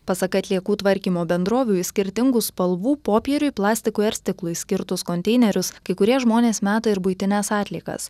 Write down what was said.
pasak atliekų tvarkymo bendrovių į skirtingų spalvų popieriui plastikui ar stiklui skirtus konteinerius kai kurie žmonės meta ir buitines atliekas